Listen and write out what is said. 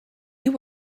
you